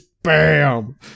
Bam